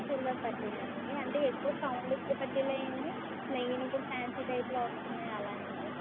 silver పట్టీలా అండి అంటే ఎక్కువ సౌండ్ వచ్చే పట్టీలా అండి ప్లేయిన్వి ఇపుడు ఫ్యాన్సీ టైప్లో వస్తున్నాయి అలాగా అండి